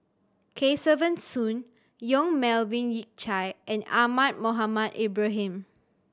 Kesavan Soon Yong Melvin Yik Chye and Ahmad Mohamed Ibrahim